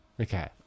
Okay